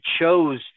chose